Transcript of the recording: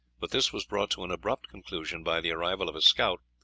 but this was brought to an abrupt conclusion by the arrival of a scout,